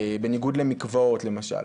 בניגוד למקוואות למשל,